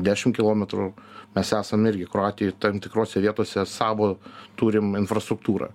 dešim kilometrų mes esam irgi kroatijoj tam tikrose vietose savo turim infrastruktūrą